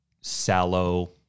sallow